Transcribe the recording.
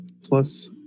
plus